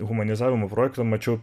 humanizavimo projektą mačiau